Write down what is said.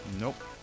Nope